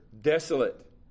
desolate